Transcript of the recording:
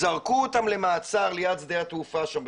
זרקו אותם למעצר ליד שדה התעופה שם,